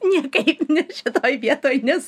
niekaip ne šitoj vietoj nes